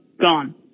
gone